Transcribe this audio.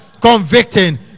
convicting